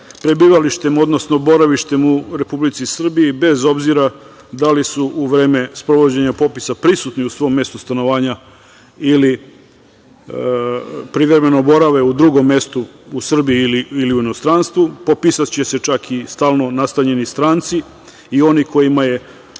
prebivalištem odnosno boravištem u Republici Srbiji, bez obzira da li su u vreme sprovođenja popisa prisutni u svom mestu stanovanja ili privremeno borave u drugom mestu u Srbiji ili u inostranstvu. Popisaće se čak i stalno nastanjeni stranci i oni kojima je